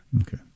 Okay